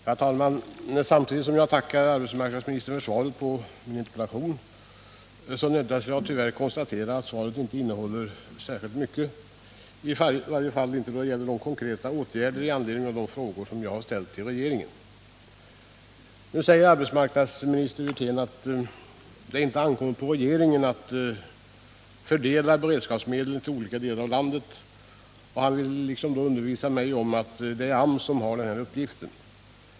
Herr talman! Samtidigt som jag tackar arbetsmarknadsministern för svaret på min interpellation nödgas jag tyvärr konstatera att svaret inte innehåller särskilt mycket, i varje fall inte då det gäller konkreta åtgärder med anledning av de frågor jag har ställt till regeringen. Arbetsmarknadsminister Wirtén säger att det inte ankommer på regeringen att fördela beredskapsmedel till olika delar av landet, och han vill undervisa mig om att det är AMS som har denna uppgift.